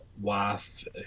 wife